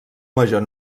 major